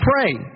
pray